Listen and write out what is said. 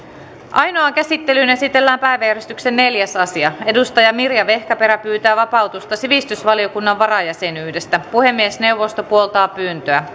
ainoaan käsittelyyn esitellään päiväjärjestyksen neljäs asia mirja vehkaperä pyytää vapautusta sivistysvaliokunnan varajäsenyydestä puhemiesneuvosto puoltaa pyyntöä